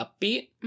upbeat